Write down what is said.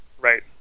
Right